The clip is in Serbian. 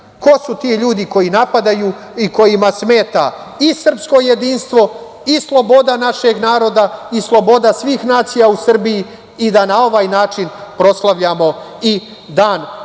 su ti ljudi koji napadaju i kojima smeta i srpsko jedinstvo i sloboda našeg naroda i sloboda svih nacija u Srbiji i da na ovaj način proslavljamo i dan naše